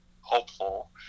hopeful